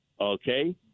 okay